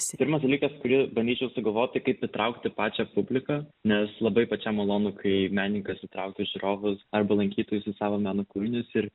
pirmas dalykas kurį bandyčiau sugalvot tai kaip įtraukti pačią publiką nes labai pačiam malonu kai menininkas įtraukia žiūrovus arba lankytojus į savo meno kūrinius ir